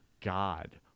God